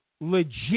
legit